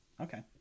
Okay